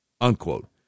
unquote